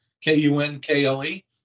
K-U-N-K-L-E